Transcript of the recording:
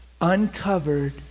Uncovered